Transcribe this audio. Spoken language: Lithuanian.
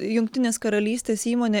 jungtinės karalystės įmonė